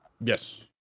Yes